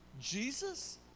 Jesus